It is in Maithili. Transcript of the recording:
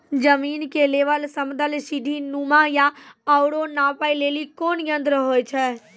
जमीन के लेवल समतल सीढी नुमा या औरो नापै लेली कोन यंत्र होय छै?